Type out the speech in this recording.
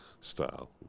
style